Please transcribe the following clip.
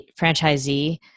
franchisee